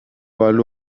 balu